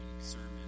sermon